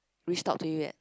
we stop to you yet